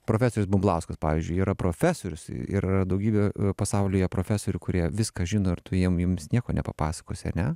profesorius bumblauskas pavyzdžiui yra profesorius ir yra daugybė pasaulyje profesorių kurie viską žino ir tu jiem jiems nieko nepapasakosi ar ne